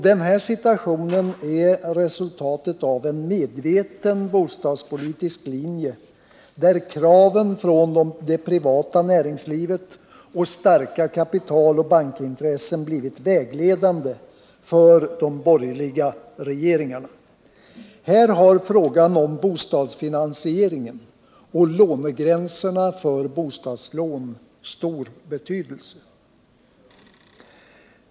Denna situation är resultatet av en medveten bostadspolitisk linje, där kraven från det privata näringslivet och starka kapitaloch bankintressen blivit vägledande för de borgerliga regeringarna. Här har frågan om bostadsfinansieringen och lånegränserna för bostadslån stor betydelse.